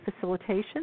facilitation